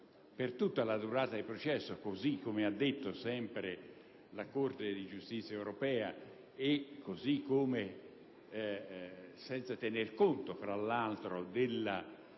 per tutta la durata del processo - così come ha detto sempre la Corte di giustizia europea e senza tenere conto, tra l'altro, degli